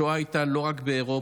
השואה הייתה לא רק באירופה,